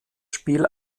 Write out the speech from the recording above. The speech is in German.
spiel